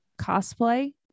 cosplay